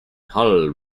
hull